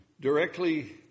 directly